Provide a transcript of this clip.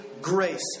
grace